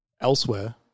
elsewhere